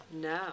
no